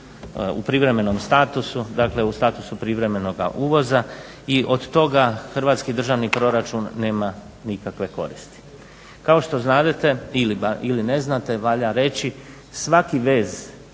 u privremenom statusu, dakle u statusu privremenoga uvoza i od toga Hrvatski državni proračun nema nikakve koristi. Kao što znadete ili ne znate a valja reći svaki vez